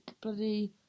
bloody